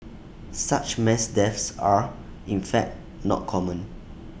such mass deaths are in fact not common